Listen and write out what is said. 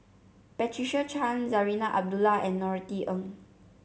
Patricia Chan Zarinah Abdullah and Norothy Ng